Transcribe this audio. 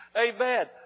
Amen